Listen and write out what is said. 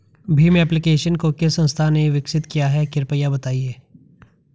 Bhim application को किस संस्था ने विकसित किया है कृपया बताइए?